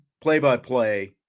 play-by-play